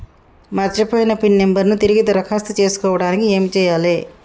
మర్చిపోయిన pin number ను తిరిగి దరఖాస్తు చేసుకోవడానికి ఏమి చేయాలే?